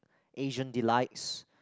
Asian delights